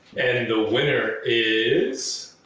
and the winner is.